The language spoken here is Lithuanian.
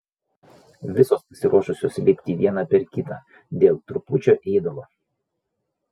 visos pasiruošusios lipti viena per kitą dėl trupučio ėdalo